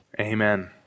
Amen